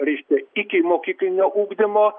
reiškia ikimokyklinio ugdymo